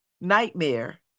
nightmare